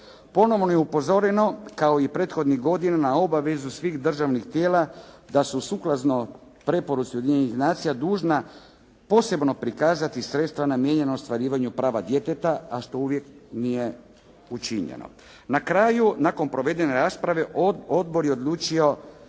Ponovo je upozoreno kao i prethodnih godina obavezu svih državnih tijela da su sukladno preporuci Ujedinjenih nacija dužna posebno prikazati sredstva namijenjena ostvarivanju prava djeteta, a što uvijek nije učinjeno. Na kraju nakon provedene rasprave odbor je odlučio